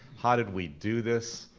how did we do this?